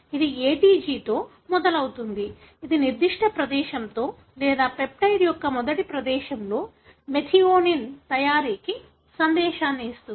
ఇది ATG తో మొదలవుతుంది ఇది నిర్దిష్ట ప్రదేశంలో లేదా పెప్టైడ్ యొక్క మొదటి ప్రదేశంలో మెథియోనిన్ తయారీకి సందేశాన్ని ఇస్తుంది